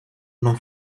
non